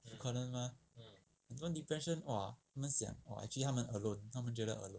不可能 mah I don't want depression !wah! 他们想 actually 他们 alone 他们觉得 alone